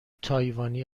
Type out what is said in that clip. تایوانی